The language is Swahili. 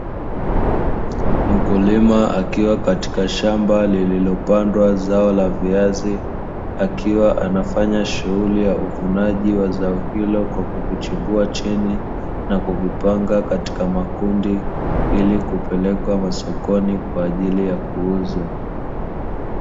Mkulima akiwa katika shamba lililopandwa zao la viazi akiwa anafanya shughuli ya uvunaji wa zao ilo kwa kuvichimbua chini, na kuvipanga katika makundi ili kuzipeleka masokoni kwa ajili ya kuuzwa.